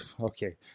Okay